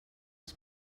els